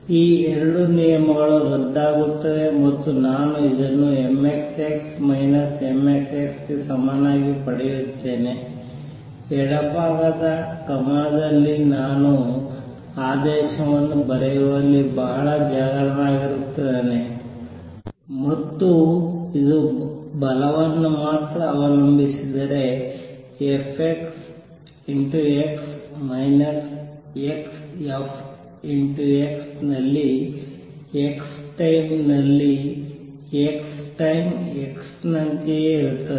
ಈ 2 ನಿಯಮಗಳು ರದ್ದಾಗುತ್ತವೆ ಮತ್ತು ನಾನು ಇದನ್ನು mxx mxx ಗೆ ಸಮನಾಗಿ ಪಡೆಯುತ್ತೇನೆ ಎಡಭಾಗದ ಗಮನದಲ್ಲಿ ನಾನು ಆದೇಶವನ್ನು ಬರೆಯುವಲ್ಲಿ ಬಹಳ ಜಾಗರೂಕನಾಗಿರುತ್ತೇನೆ ಮತ್ತು ಇದು ಬಲವನ್ನು ಮಾತ್ರ ಅವಲಂಬಿಸಿದರೆ fx xf ನಲ್ಲಿ x times x times x ನಂತೆಯೇ ಇರುತ್ತದೆ